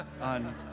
on